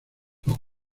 los